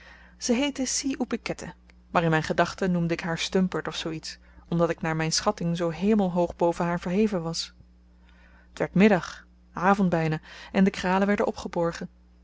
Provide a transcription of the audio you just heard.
ze heette si oepi keteh maar in myn gedachten noemde ik haar stumpert of zoo iets omdat ik naar myn schatting zoo hemelhoog boven haar verheven was t werd middag avend byna en de kralen werden opgeborgen